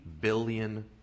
billion